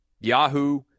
Yahoo